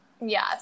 Yes